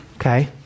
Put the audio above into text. Okay